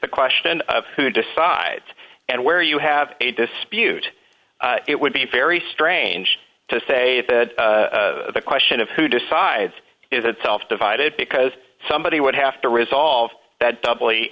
the question of who decides and where you have a dispute it would be very strange to say that the question of who decides is itself divided because somebody would have to resolve that doubly